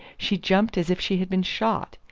she jumped as if she had been shot.